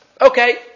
Okay